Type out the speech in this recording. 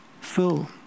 full